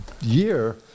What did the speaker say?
year